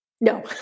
No